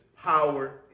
power